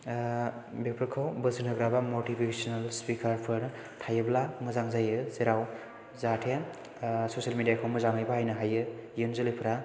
बेफोरखौ बोसोन होग्रा बा मतिभेशनाल स्पिकारफोर थायोब्ला मोजां जायो जेराव जाहाथे सशियेल मिडियाखौ मोजाङै बाहायनो हायो इयुन जोलैफ्रा